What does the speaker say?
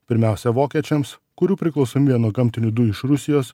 pirmiausia vokiečiams kurių priklausomybė nuo gamtinių dujų iš rusijos